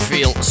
Feel